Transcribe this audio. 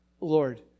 Lord